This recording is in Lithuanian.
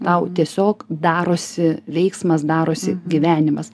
tau tiesiog darosi veiksmas darosi gyvenimas